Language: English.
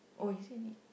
oh is it need